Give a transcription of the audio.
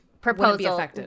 proposal